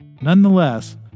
Nonetheless